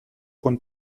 con